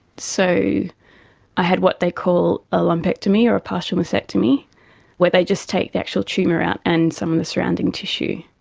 so i had what they call a lumpectomy or a partial mastectomy where they just take the actual tumour out and some of the surrounding tissue.